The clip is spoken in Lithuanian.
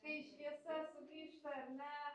kai šviesa sugrįžta ar ne